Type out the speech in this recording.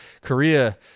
Korea